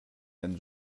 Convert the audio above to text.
einen